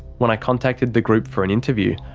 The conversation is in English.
when i contacted the group for an interview,